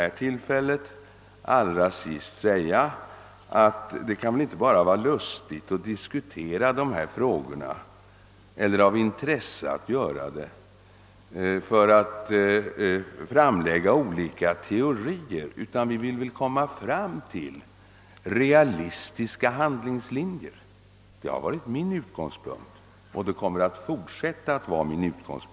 Jag vill, herr talman, allra sist säga att vi skall väl inte bara diskutera dessa frågor därför att vi tycker det är intressant att framlägga olika teorier, utan vi måste väl försöka komma fram till realistiska handlingslinjer. Det sistnämnda har varit min utgångspunkt, och så kommer det att vara även i fortsättningen.